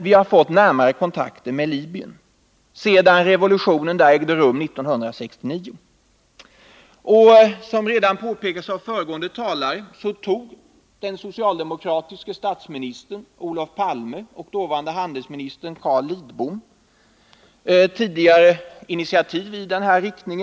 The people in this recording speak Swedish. Vi har fått närmare kontakter med Libyen sedan revolutionen där 1969. Som redan påpekats av föregående talare tog den socialdemokratiska statsministern Olof Palme och dåvarande socialdemokratiske handelsministern initiativ för att öka kontakterna.